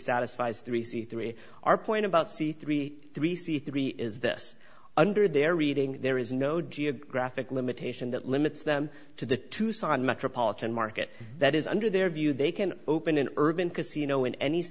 satisfies three c three our point about c three three c three is this under their reading there is no geographic limitation that limits them to the tucson metropolitan market that is under their view they can open an urban casino in any